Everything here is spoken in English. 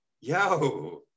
yo